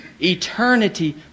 eternity